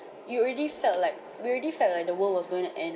you already felt like we already felt like the world was going to end